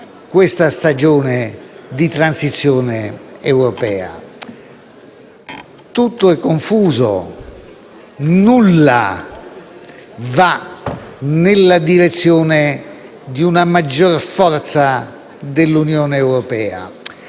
questa stagione di transizione europea: tutto è confuso e nulla va nella direzione di una maggior forza dell'Unione europea.